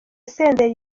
senderi